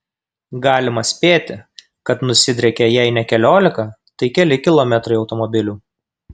galima spėti kad nusidriekė jei ne keliolika tai keli kilometrai automobilių